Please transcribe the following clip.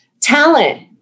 Talent